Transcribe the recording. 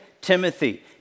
Timothy